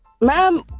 ma'am